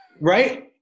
Right